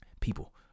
people